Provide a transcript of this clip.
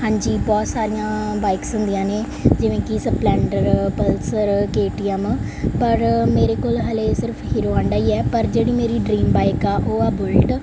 ਹਾਂਜੀ ਬਹੁਤ ਸਾਰੀਆਂ ਬਾਈਕਸ ਹੁੰਦੀਆਂ ਨੇ ਜਿਵੇਂ ਕਿ Splendor Pulsar K T M ਪਰ ਮੇਰੇ ਕੋਲ ਹਜੇ ਸਿਰਫ਼ ਹੀਰੋ ਹਾਂਡਾ ਹੀ ਹੈ ਪਰ ਜਿਹੜੀ ਮੇਰੀ ਡਰੀਮ ਬਾਈਕ ਆ ਉਹ ਆ ਬੁਲਟ